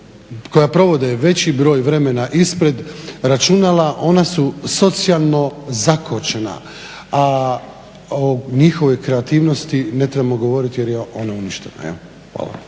koja provode veći broj vremena ispred računala ona su socijalno zakočena, a o njihovoj kreativnosti ne trebamo govoriti jer je ona uništena. Evo,